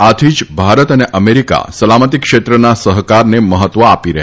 આથી જ ભારત અને અમેરિકા સલામતી ક્ષેત્રના સહકારને મહત્વ આપી રહ્યા છે